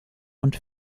und